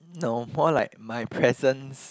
no more like my presence